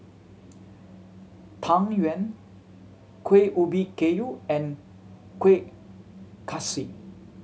Tang Yuen Kuih Ubi Kayu and Kueh Kaswi